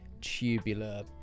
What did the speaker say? tubular